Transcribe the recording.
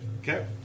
Okay